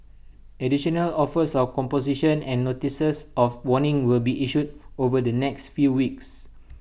additional offers of composition and notices of warning will be issued over the next few weeks